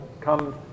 come